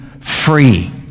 free